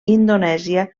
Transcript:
indonèsia